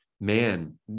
Man